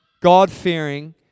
God-fearing